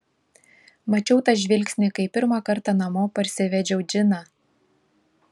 mačiau tą žvilgsnį kai pirmą kartą namo parsivedžiau džiną